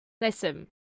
Listen